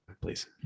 please